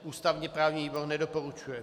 Ústavněprávní výbor nedoporučuje.